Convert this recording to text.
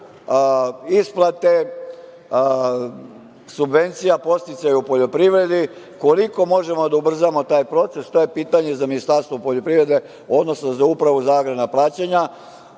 isplate subvencija podsticaju u poljoprivredi? Koliko možemo da ubrzamo taj proces? To je pitanje za Ministarstvo poljoprivrede, odnosno za Upravu za agrarna plaćanja,